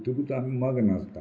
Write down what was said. तितकूच आमी मग्न नासता